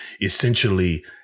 essentially